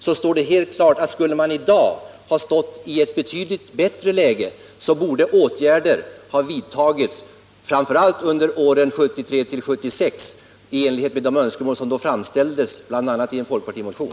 Det står därför helt klart att det för att man i dag skulle ha haft ett betydligt bättre läge hade erfordrats att åtgärder vidtagits framför allt under åren 1973-1976, i enlighet med de önskemål som då framfördes bl.a. i en folkpartimotion.